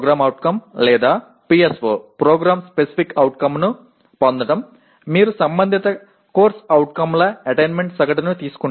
ஒரு PO PSOவைப் பெறுவது தொடர்புடைய COக்களை அடைவதற்கான சராசரியை நீங்கள் எடுத்துக்கொள்கிறீர்கள்